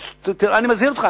אני מזהיר אותך,